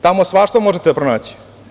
Tamo svašta možete pronaći.